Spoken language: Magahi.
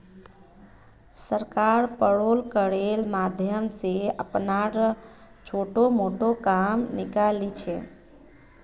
सरकार पेरोल करेर माध्यम स अपनार छोटो मोटो काम निकाले ली छेक